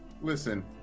Listen